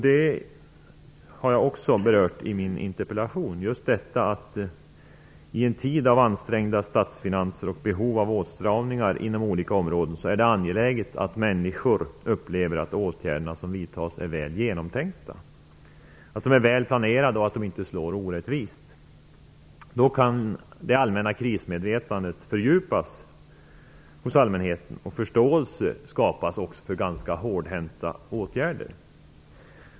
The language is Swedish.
Jag har också i min interpellation berört detta att det i en tid med ansträngda statsfinanser och behov av åtstramningar inom olika områden är angeläget att människor upplever att de åtgärder som vidtas är väl genomtänkta, välplanerade och inte slår orättvist. Då kan det allmänna krismedvetandet fördjupas hos allmänheten och förståelse skapas även för ganska hårthänta åtgärder.